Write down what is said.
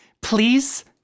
please